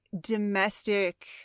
domestic